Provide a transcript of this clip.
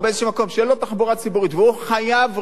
שאין שם תחבורה ציבורית והוא חייב רכב,